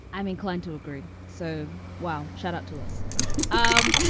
i'm inclined to agree. so while shut up to us um